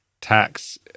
tax